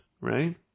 right